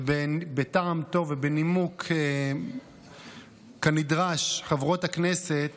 בטעם טוב ובנימוק כנדרש חברות הכנסת